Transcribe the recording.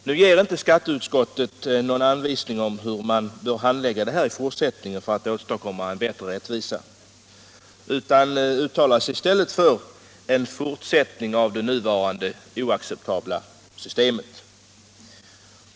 Nu ger inte skatteutskottet någon anvisning om hur man bör handlägga detta i fortsättningen för att åstadkomma bättre rättvisa, utan uttalar sig i stället för en fortsättning av det nuvarande oacceptabla systemet.